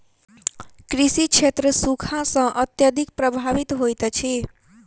कृषि क्षेत्र सूखा सॅ अत्यधिक प्रभावित होइत अछि